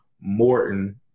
Morton